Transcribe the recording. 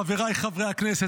חבריי חברי הכנסת,